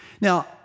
Now